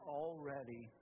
already